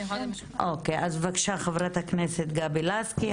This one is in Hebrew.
אז בבקשה חברת הכנסת גבי לסקי,